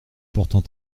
pourtant